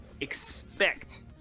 expect